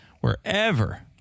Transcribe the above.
wherever